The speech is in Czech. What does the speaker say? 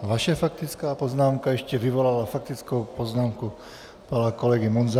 Vaše faktická poznámka ještě vyvolala faktickou poznámku kolegy Munzara.